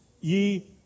ye